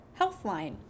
Healthline